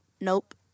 Nope